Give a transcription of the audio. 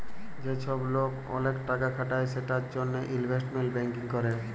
যে চ্ছব লোক ওলেক টাকা খাটায় সেটার জনহে ইলভেস্টমেন্ট ব্যাঙ্কিং ক্যরে